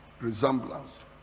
Resemblance